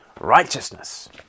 righteousness